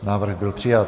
Návrh byl přijat.